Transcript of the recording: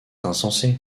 insensé